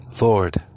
Lord